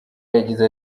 yagize